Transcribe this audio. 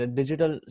digital